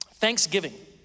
Thanksgiving